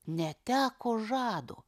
neteko žado